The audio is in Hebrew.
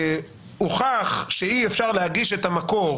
תרשמו ש-"הוכח שאי-אפשר להגיש את המקור